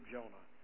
Jonah